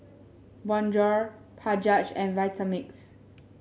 Bonjour Bajaj and Vitamix